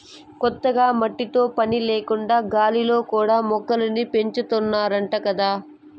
కొత్తగా మట్టితో పని లేకుండా గాలిలో కూడా మొక్కల్ని పెంచాతన్నారంట గదా